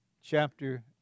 chapter